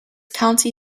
county